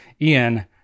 Ian